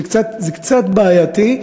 זה קצת בעייתי.